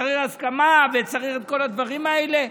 שצריך הסכמה וצריך את כל הדברים האלה?